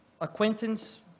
acquaintance